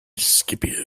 scipio